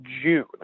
June